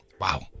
Wow